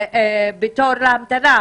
בתור בהמתנה?